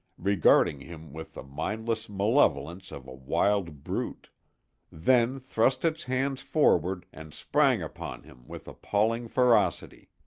regarding him with the mindless malevolence of a wild brute then thrust its hands forward and sprang upon him with appalling ferocity!